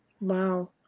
Wow